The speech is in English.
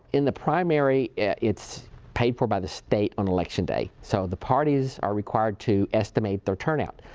in the primary, it's paid for by the state on election day, so the parties are required to estimate their turnout.